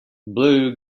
blue